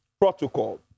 protocol